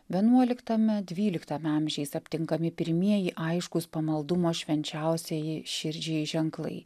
vienuoliktame dvyliktame amžiais aptinkami pirmieji aiškūs pamaldumo švenčiausiajai širdžiai ženklai